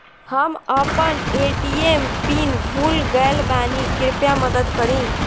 हम अपन ATM pin भूल गएल बानी, कृपया मदद करीं